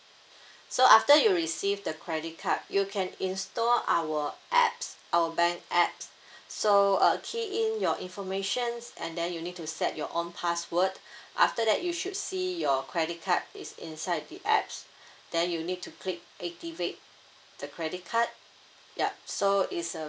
so after you receive the credit card you can install our apps our bank apps so uh key in your informations and then you need to set your own password after that you should see your credit card is inside the apps then you need to click activate the credit card yup so it's a